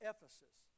Ephesus